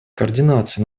координацию